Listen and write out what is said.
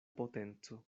potenco